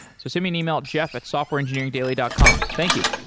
so send me an email at jeff at softwareengineeringdaily dot com. thank you